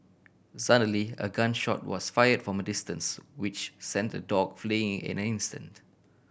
suddenly a gun shot was fired from a distance which sent the dog fleeing in an instant